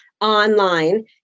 online